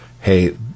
hey